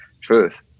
truth